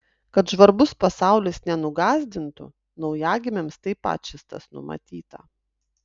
kad žvarbus pasaulis nenugąsdintų naujagimiams taip pat šis tas numatyta